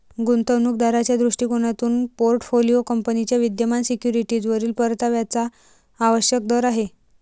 गुंतवणूक दाराच्या दृष्टिकोनातून पोर्टफोलिओ कंपनीच्या विद्यमान सिक्युरिटीजवरील परताव्याचा आवश्यक दर आहे